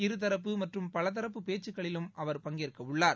இருதரப்பு மற்றும் பலதரப்பு பேச்சுக்களிலும் அவர் பங்கேற்க உள்ளார்